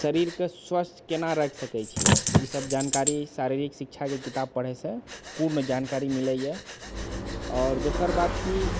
शरीरके स्वस्थ्य केना राखि सकै छियै ई सब जानकारी शारीरिक शिक्षाके किताब पढ़ैसँ पूर्ण जानकारी मिलै यऽ आओर दोसर बात कि